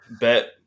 bet